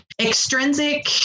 extrinsic